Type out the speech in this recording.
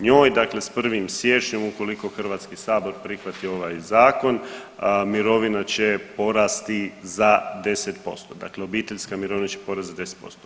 Njoj dakle s 1. siječnjom ukoliko HS prihvati ovaj zakon mirovina će porasti za 10%, dakle obiteljska mirovina će porast za 10%